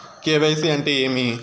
KYC అంటే ఏమి?